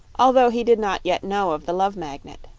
although he did not yet know of the love magnet.